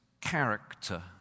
character